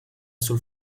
sul